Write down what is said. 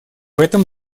этом